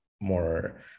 more